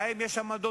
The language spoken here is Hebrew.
להם יש עמדות,